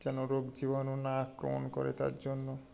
যেন রোগ জীবাণু না আক্রমণ করে তার জন্য